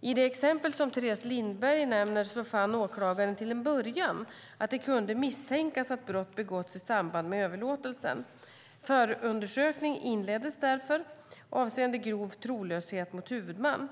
I det exempel som Teres Lindberg nämner fann åklagaren till en början att det kunde misstänkas att brott begåtts i samband med överlåtelsen. Förundersökning inleddes därför avseende grov trolöshet mot huvudman.